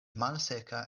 malseka